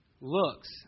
looks